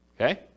okay